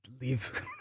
Leave